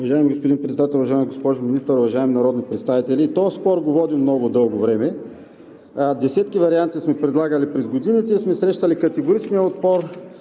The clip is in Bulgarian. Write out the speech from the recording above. Уважаеми господин Председател, уважаема госпожо Министър, уважаеми народни представители! И този спор водим от много дълго време. Десетки варианти сме предлагали през годините и сме срещали категоричния отпор